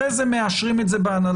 אחר כך מאשרים את זה בהנהלה.